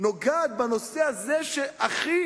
נוגעת בנושא הזה, שהוא הכי